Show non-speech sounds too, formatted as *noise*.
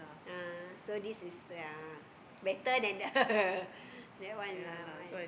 ah so this is the yeah better than that *laughs* that one that one